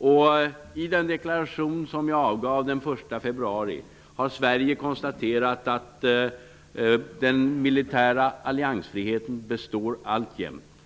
Sverige i den deklaration som jag avgav den 1 februari konstaterat att den militära alliansfriheten alltjämt består.